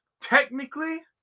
technically